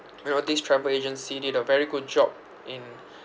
you know this travel agency did a very good job in